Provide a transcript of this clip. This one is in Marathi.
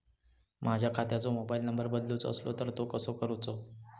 माझ्या खात्याचो मोबाईल नंबर बदलुचो असलो तर तो कसो करूचो?